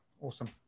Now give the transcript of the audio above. Awesome